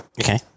Okay